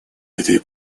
этой